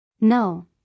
No